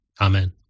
Amen